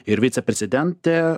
ir viceprezidentė